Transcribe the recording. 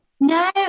No